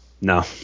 No